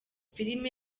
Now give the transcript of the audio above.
filime